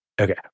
Okay